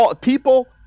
People